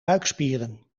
buikspieren